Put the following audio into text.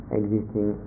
existing